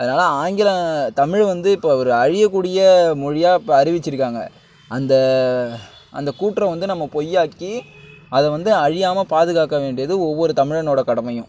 அதனால் ஆங்கிலம் தமிழ் வந்து இப்போ ஒரு அழியக்கூடிய மொழியாக இப்போ அறிவிச்சுருக்காங்க அந்த அந்த கூற்றை வந்து நம்ப பொய்யாக்கி அதைவந்து அழியாமல் பாதுகாக்கவேண்டியது ஒவ்வொரு தமிழனோடய கடமையும்